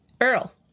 earl